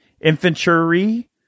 infantry